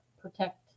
Protect